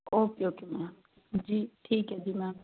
okay okay ma'am ਜੀ ਠੀਕ ਹੈ ਜੀ ਮੈਮ